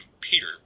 Peter